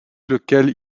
lequel